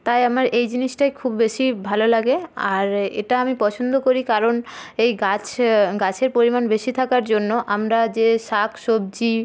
তাই আমার এই জিনিসটাই খুব বেশি ভালো লাগে আর এটা আমি পছন্দ করি কারণ এই গাছ গাছের পরিমাণ বেশি থাকার জন্য আমরা যে শাক সবজি